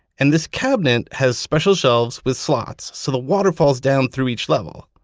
and this cabinet has special shelves with slots, so the water falls down through each level.